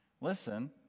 listen